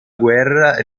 guerra